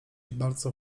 bardzo